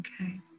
okay